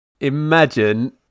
Imagine